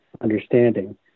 understanding